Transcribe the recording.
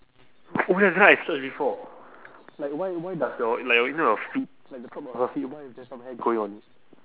oh ya that one I search before like why why does your like you know your feet like the top of your feet why is there some hair growing on it